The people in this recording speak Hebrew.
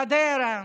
גדרה,